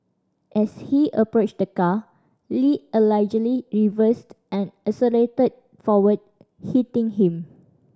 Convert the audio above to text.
as he approached the car Lee allegedly reversed and accelerated forward hitting him